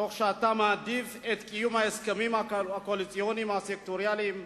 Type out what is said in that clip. תוך שאתה מעדיף את קיום ההסכמים הקואליציוניים הסקטוריאליים,